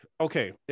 okay